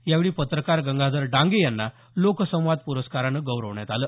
यावेळी पत्रकार गंगाधर डांगे यांना लोकसंवाद पुरस्कारानं गौरवण्यात आलं